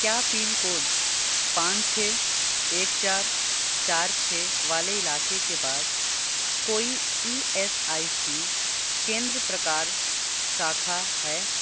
क्या pin code पाँच छः एक चार चार छः वाले इलाके के पास कोई ई एस आई सी केंद्र प्रकार शाखा है